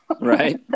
Right